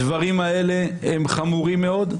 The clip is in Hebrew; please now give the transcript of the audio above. הדברים האלה חמורים מאוד.